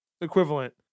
equivalent